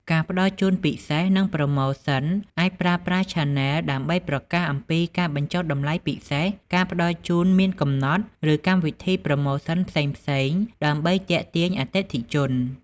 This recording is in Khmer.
ការផ្ដល់ជូនពិសេស និងប្រូម៉ូសិន អាចប្រើប្រាស់ឆានែល ដើម្បីប្រកាសអំពីការបញ្ចុះតម្លៃពិសេស ការផ្ដល់ជូនមានកំណត់ ឬកម្មវិធីប្រូម៉ូសិនផ្សេងៗ ដើម្បីទាក់ទាញអតិថិជន។